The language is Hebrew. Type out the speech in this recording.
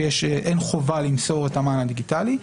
אין חובה למסור את המען הדיגיטלי,